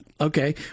okay